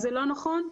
זה לא נכון.